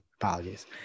Apologies